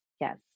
yes